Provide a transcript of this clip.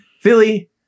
philly